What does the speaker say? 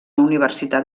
universitat